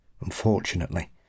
unfortunately